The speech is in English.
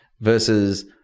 versus